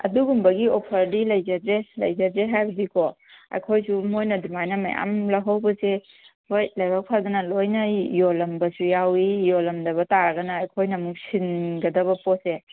ꯑꯗꯨꯒꯨꯝꯕꯒꯤ ꯑꯣꯐꯔꯗꯤ ꯂꯩꯖꯗ꯭ꯔꯦ ꯂꯩꯖꯗ꯭ꯔꯦ ꯍꯥꯏꯕꯗꯤꯀꯣ ꯑꯩꯈꯣꯏꯁꯨ ꯃꯣꯏꯅ ꯑꯗꯨꯃꯥꯏꯅ ꯃꯌꯥꯝ ꯂꯧꯍꯧꯕꯁꯦ ꯍꯣꯏ ꯂꯥꯏꯕꯛ ꯐꯗꯅ ꯂꯣꯏꯅ ꯌꯣꯜꯂꯝꯕꯁꯨ ꯌꯥꯎꯏ ꯌꯣꯜꯂꯝꯗꯕ ꯇꯥꯔꯒꯅ ꯑꯩꯈꯣꯏꯅ ꯑꯃꯨꯛ ꯁꯤꯟꯒꯗꯕ ꯄꯣꯠꯁꯦ